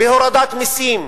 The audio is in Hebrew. בהורדת מסים,